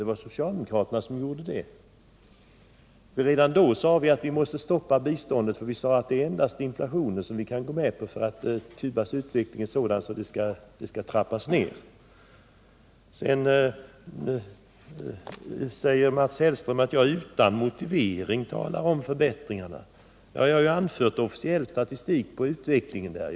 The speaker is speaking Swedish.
Det var socialdemokraterna som föreslog det beloppet. Redan då sade vi att vi måste stoppa biståndet och att vi bara kunde gå med på en höjning som motsvarade inflationen. Vi anförde redan då att Cubas utveckling var sådan att biståndet skulle trappas ned. Sedan säger Mats Hellström att jag utan motivering talar om förbättringarna. Jag har anfört officiell statistik på utvecklingen i Cuba.